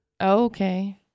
okay